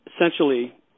essentially